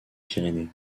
pyrénées